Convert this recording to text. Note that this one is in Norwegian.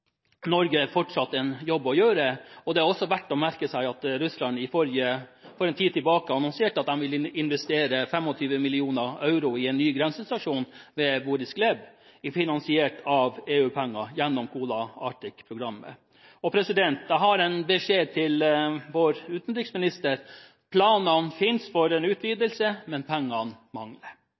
jobb å gjøre, og det er også verdt å merke seg at Russland for en tid siden annonserte at de ville investere 25 mill. euro i en ny grensestasjon ved Boris Gleb finansiert med EU-penger gjennom Kolarctic-programmet. Jeg har en beskjed til vår utenriksminister: Planene finnes for en utvidelse, men pengene mangler.